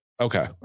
Okay